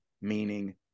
meaning